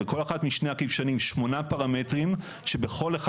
לכל אחת משני הכבשנים שמונה פרמטרים שבכל אחד